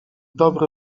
dobry